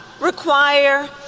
require